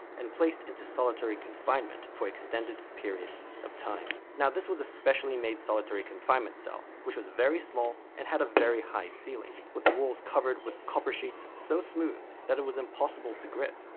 and placed into solitary confinement for extended periods of time. now this was a specially-made solitary confinement cell which was very small and had a very high ceiling, with the walls covered with copper sheets so smooth that it was impossible to grip.